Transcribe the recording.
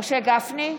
משה גפני,